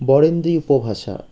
বরেন্দ্রী উপভাষা